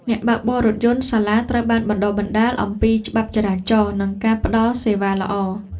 អ្នកបើកបររថយន្តសាលាត្រូវបានបណ្តុះបណ្តាលអំពីច្បាប់ចរាចរណ៍និងការផ្តល់សេវាល្អ។